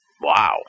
Wow